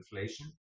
inflation